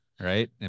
Right